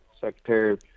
Secretary